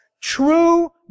true